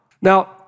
Now